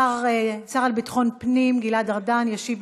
השר לביטחון פנים גלעד ארדן ישיב,